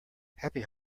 happy